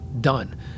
done